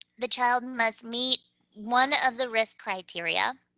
the child and must meet one of the risk criteria.